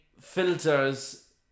filters